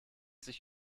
sich